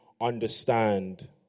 understand